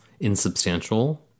insubstantial